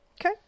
Okay